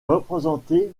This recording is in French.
représenté